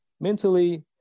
Mentally